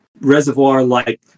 reservoir-like